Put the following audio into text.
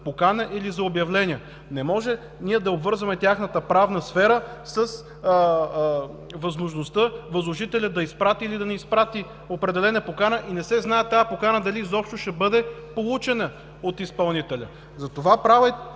покана или за обявление – не може да обвързваме тяхната правна сфера с възможността възложителят да изпрати или да не изпрати определена покана, и не се знае тази покана дали изобщо ще бъде получена от изпълнителя. Затова правя и